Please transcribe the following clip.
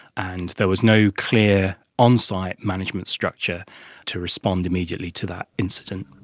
and there was no clear on-site management structure to respond immediately to that incident.